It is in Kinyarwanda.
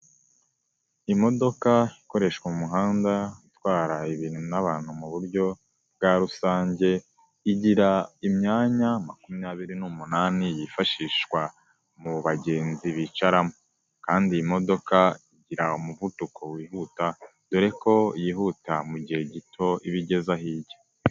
Imodoka ikoreshwa mu muhanda itwara ibintu n'abantu mu buryo bwa rusange igira imyanya makumyabiri n'umunani yifashishwa mu bagenzi bicaramo. Kandi iyi modoka igira umuvuduko wihuta dore ko yihuta mu gihe gito iba igeza aho ijya.